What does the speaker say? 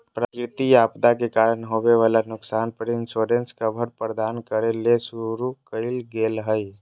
प्राकृतिक आपदा के कारण होवई वला नुकसान पर इंश्योरेंस कवर प्रदान करे ले शुरू करल गेल हई